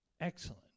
excellent